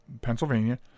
Pennsylvania